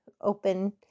open